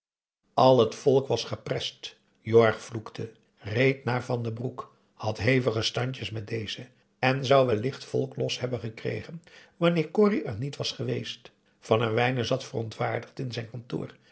al het volk was geprest jorg vloekte reed naar van den broek had hevige standjes met dezen en zou wellicht volk los hebben gekregen wanneer corrie er niet was geweest van herwijnen zat verontwaardigd in zijn kantoor